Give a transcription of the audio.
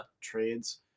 trades